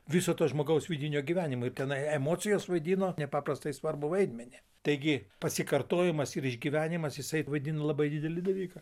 viso to žmogaus vidinio gyvenimo ir tenai emocijos vaidino nepaprastai svarbų vaidmenį taigi pasikartojimas ir išgyvenimas jisai vadino labai didelį dalyką